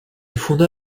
fonda